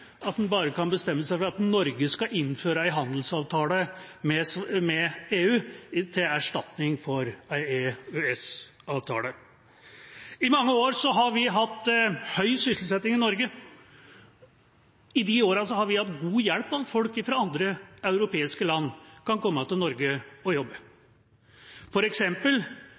at en bare kan bestemme seg for at Norge skal innføre en handelsavtale med EU til erstatning for en EØS-avtale. I mange år har vi hatt høy sysselsetting i Norge. I de åra har vi hatt god hjelp av at folk fra andre europeiske land kan komme til Norge og jobbe.